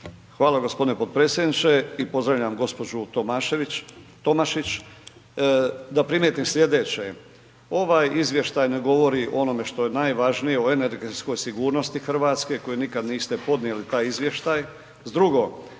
Hvala g. potpredsjedniče i pozdravljam gđu. Tomašić da primijetim slijedeće, ovaj izvještaj ne govori o onome što je najvažnije, o energetskoj sigurnosti RH koje nikad niste podnijeli taj izvještaj.